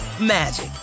magic